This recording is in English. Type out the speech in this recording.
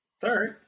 Sorry